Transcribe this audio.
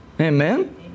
Amen